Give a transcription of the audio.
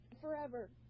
forever